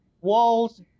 walls